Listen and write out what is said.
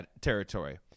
territory